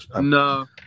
no